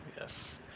Yes